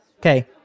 Okay